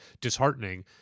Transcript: disheartening